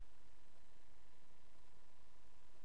שמי